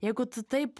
jeigu tu taip